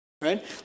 Right